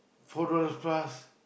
four dollars plus